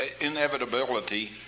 inevitability